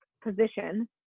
position